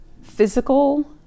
physical